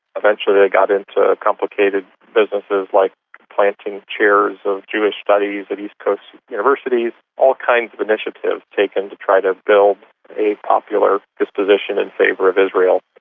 eventually they got into complicated businesses like planting chairs of jewish studies at east coast universities all kinds of initiatives taken to try to build a popular disposition in favour of israel.